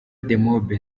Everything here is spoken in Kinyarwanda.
demob